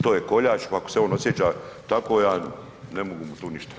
To je koljač, pa ako se on osjeća tako, ja ne mogu mu tu ništa.